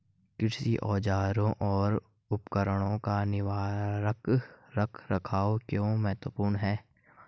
कृषि औजारों और उपकरणों का निवारक रख रखाव क्यों महत्वपूर्ण है?